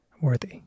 worthy